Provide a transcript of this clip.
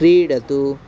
क्रीडतु